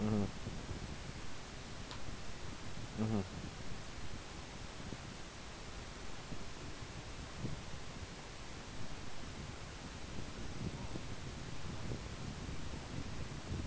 mmhmm mmhmm